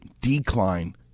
decline